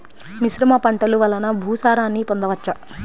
మిశ్రమ పంటలు వలన భూసారాన్ని పొందవచ్చా?